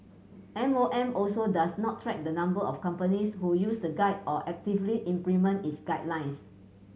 M O M also does not track the number of companies who use the guide or actively implement its guidelines